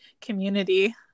community